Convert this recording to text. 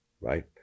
right